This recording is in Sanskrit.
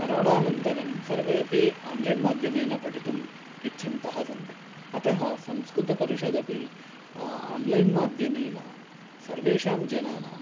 करोणानन्तरं सर्वेऽपि आन्लैन् माध्यमेन पठितुम् इच्छन्तः सन्ति अतः संस्कृतपरिषदपि आन्लैन् माध्यमेन सर्वेषां जनानाम्